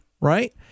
right